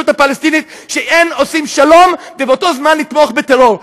הפלסטינית שאין עושים שלום ובאותו זמן תומכים בטרור.